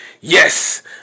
Yes